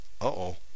Uh-oh